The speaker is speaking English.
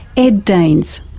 ed danes.